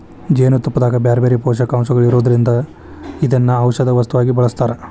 ಜೇನುತುಪ್ಪದಾಗ ಬ್ಯಾರ್ಬ್ಯಾರೇ ಪೋಷಕಾಂಶಗಳು ಇರೋದ್ರಿಂದ ಇದನ್ನ ಔಷದ ವಸ್ತುವಾಗಿ ಬಳಸ್ತಾರ